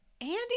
Andy